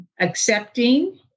accepting